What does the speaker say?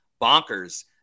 bonkers